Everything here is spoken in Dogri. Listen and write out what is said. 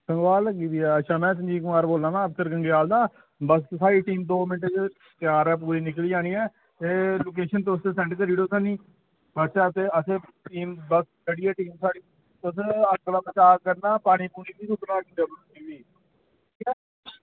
संगवाल लग्गी दी ऐ अच्छा में संजीव कुमार बोल्ला ना अफसर गंग्याल दा बस साढ़ी टीम दौ मिंट च त्यार ऐ पूरी निकली जानी ऐ ते लोकेशन तुस सैंड करी ओड़ेओ नी व्हाट्सएप ते बढ़िया टीम साढ़ी तुस अग्ग दा बचाव करना पानी निं सुट्टना कदें बी